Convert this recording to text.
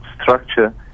structure